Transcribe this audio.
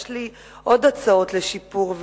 יש לי עוד הצעות לשיפור,